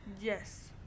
Yes